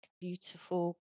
beautiful